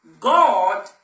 God